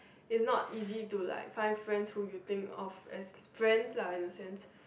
it's not easy to like find friends who you think of as friends lah in a sense